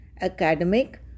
academic